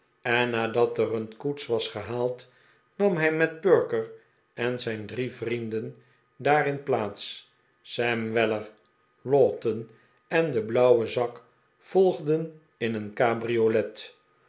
en nadat er een koets was gehaald nam hij met perker en zijn drie vrienden daarin plaats sam weller lowten en de blauwe zak volgden in een cabriolet